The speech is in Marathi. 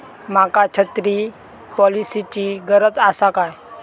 माका छत्री पॉलिसिची गरज आसा काय?